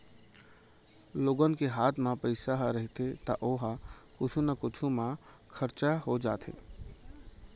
लोगन के हात म पइसा ह रहिथे त ओ ह कुछु न कुछु म खरचा हो जाथे